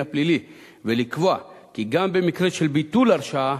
הפלילי ולקבוע שגם במקרה של ביטול הרשעה,